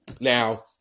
Now